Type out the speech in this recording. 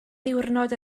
ddiwrnod